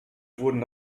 wurden